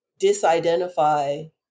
disidentify